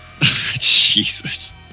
Jesus